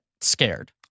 scared